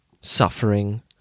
suffering